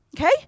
Okay